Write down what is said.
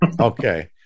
Okay